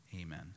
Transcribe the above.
Amen